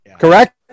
Correct